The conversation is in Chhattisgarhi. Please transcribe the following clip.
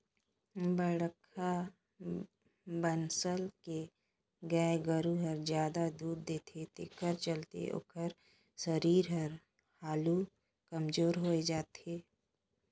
बड़खा बनसल के गाय गोरु हर जादा दूद देथे तेखर चलते ओखर सरीर हर हालु कमजोर होय जाथे